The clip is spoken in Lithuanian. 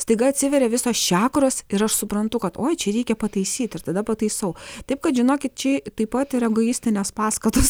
staiga atsiveria visos čiakros ir aš suprantu kad oi čia reikia pataisyt ir tada pataisau taip kad žinokit čia taip pat ir egoistinės paskatos